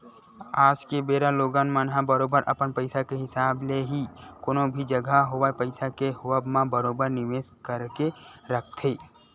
आज के बेरा लोगन मन ह बरोबर अपन पइसा के हिसाब ले ही कोनो भी जघा होवय पइसा के होवब म बरोबर निवेस करके रखथे